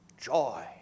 joy